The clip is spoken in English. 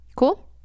Cool